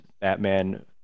Batman